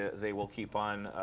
they will keep on